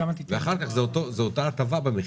ואחר כך זה אותה הטבה במכירה.